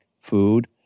food